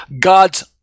God's